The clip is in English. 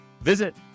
visit